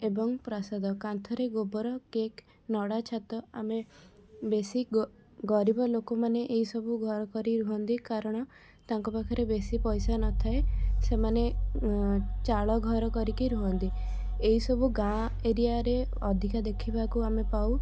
ଏବଂ ପ୍ରାସାଦ କାନ୍ଥରେ ଗୋବର କେକ୍ ନଡ଼ା ଛାତ ଆମେ ବେଶୀ ଗରିବ ଲୋକମାନେ ଏଇସବୁ ଘର କରି ରୁହନ୍ତି କାରଣ ତାଙ୍କ ପାଖରେ ବେଶୀ ପଇସା ନଥାଏ ସେମାନେ ଚାଳ ଘର କରିକି ରୁହନ୍ତି ଏଇସବୁ ଗାଁ ଏରିଆରେ ଅଧିକ ଦେଖିବାକୁ ଆମେ ପାଉ